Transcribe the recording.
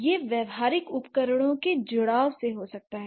यह व्यावहारिक उपकरणों के जुड़ाव से हो सकता है